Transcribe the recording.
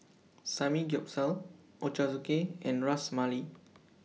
Samgeyopsal Ochazuke and Ras Malai